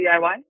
DIY